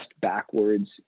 backwards